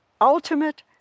ultimate